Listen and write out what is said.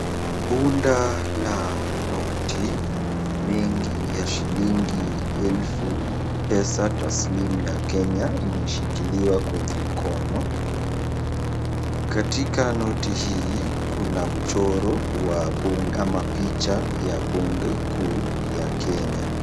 Bunda la noti mingi ya shilingi elfu pesa taslimu ya Kenya imeshikiliwa kwenye mkono . Katika noti hii kuna mchoro wa bunge ama picha ya bunge kuu ya Kenya .